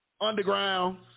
underground